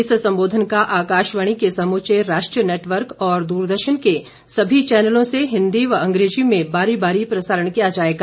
इस संबोधन का आकाशवाणी के समूचे राष्ट्रीय नेटवर्क और दूरदर्शन के सभी चैनलों से हिंदी व अंग्रेजी में बारी बारी प्रसारण किया जाएगा